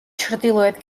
ჩრდილოეთ